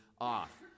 off